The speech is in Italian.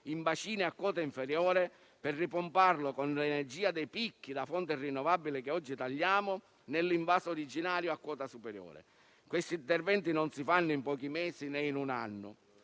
in bacini a quota inferiore per ripomparlo, con l'energia dei picchi da fonte rinnovabile che oggi tagliamo, nell'invaso originario a quota superiore. Questi interventi non si fanno in pochi mesi, né in un anno;